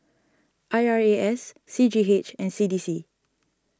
I R A S C G H and C D C